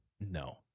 No